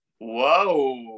Whoa